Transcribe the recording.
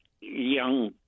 young